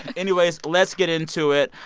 anyways, let's get into it.